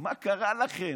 מה קרה לכם.